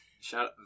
Shout